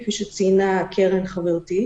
כפי שציינה קרן חברתי,